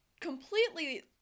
completely